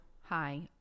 hi